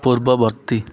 ପୂର୍ବବର୍ତ୍ତୀ